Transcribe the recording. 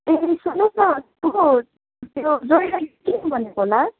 ए सुन्नुहोस् न त्यो जयराइड के भनेको होला